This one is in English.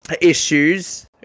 issues